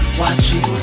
watching